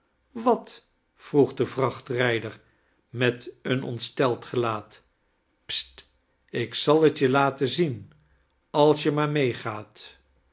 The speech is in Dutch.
wat vroeg de vrachtrijder met een ontsteld gelaat st ik zal het je laten zien als je maar meegaat